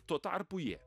tuo tarpu jie